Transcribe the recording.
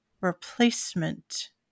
replacement